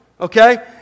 okay